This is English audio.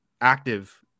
active